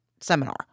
seminar